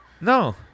No